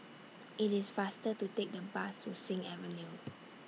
IT IS faster to Take The Bus to Sing Avenue